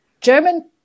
German